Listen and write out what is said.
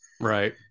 right